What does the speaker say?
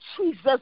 Jesus